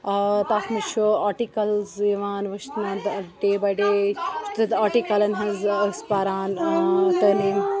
تَتھ منٛز چھُ آٹِکَلٕز یِوان وٕچھنہٕ ڈے بَے ڈے آٹِکَلَن ہٕنٛز یا ٲسۍ پَران تٲلیٖم